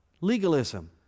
Legalism